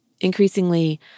Increasingly